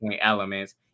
elements